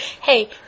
Hey